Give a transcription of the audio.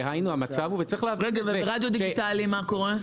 דהיינו, וצריך --- וברדיו הדיגיטלי מה קורה?